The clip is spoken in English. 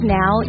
now